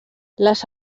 les